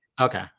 Okay